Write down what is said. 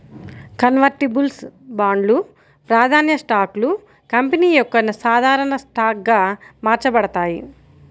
convertibles బాండ్లు, ప్రాధాన్య స్టాక్లు కంపెనీ యొక్క సాధారణ స్టాక్గా మార్చబడతాయి